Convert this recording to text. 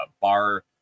bar